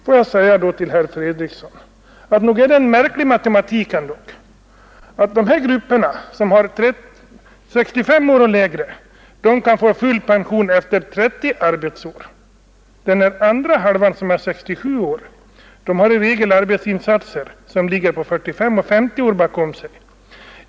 Får jag då säga till herr Fredriksson att nog är det en märklig matematik att de vilkas pensionsålder är 65 år och lägre kan få full pension efter 30 arbetsår medan den andra hälften, som får pension vid 67 år, i regel har arbetsinsatser på 45 och 50 år bakom sig.